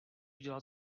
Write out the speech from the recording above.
dělat